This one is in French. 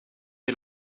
est